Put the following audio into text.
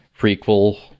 prequel